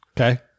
okay